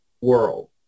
world